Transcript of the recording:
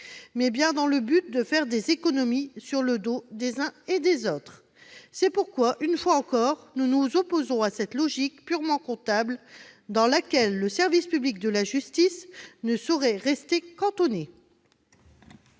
mais bien dans le but de faire des économies sur le dos des uns et des autres. C'est pourquoi, une fois encore, nous nous opposons à cette logique purement comptable dans laquelle le service public de la justice ne saurait rester cantonné.